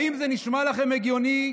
האם זה נשמע לכם הגיוני,